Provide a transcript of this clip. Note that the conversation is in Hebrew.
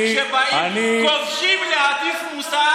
כשבאים כובשים להטיף מוסר